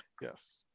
yes